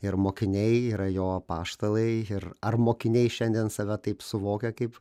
ir mokiniai yra jo apaštalai ir ar mokiniai šiandien save taip suvokia kaip